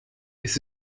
ist